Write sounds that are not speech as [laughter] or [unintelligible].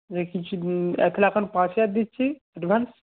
[unintelligible] কিছু এক লাখ এখন পাঁচ হাজার দিচ্ছি অ্যাডভান্স